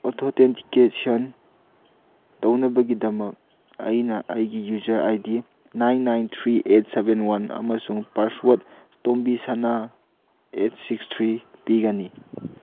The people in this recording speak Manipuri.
ꯑꯧꯊꯣꯇꯦꯟꯇꯤꯀꯦꯁꯟ ꯇꯧꯅꯕꯒꯤꯗꯃꯛ ꯑꯩꯅ ꯑꯩꯒꯤ user I D nine nine three eight seven one ꯑꯃꯁꯨꯡ ꯄꯥꯁꯋꯥꯔꯗ ꯇꯣꯝꯕꯤꯁꯅꯥ ꯑꯦꯠ ꯁꯤꯛꯁ ꯊ꯭ꯔꯤ ꯄꯤꯒꯅꯤ